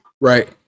right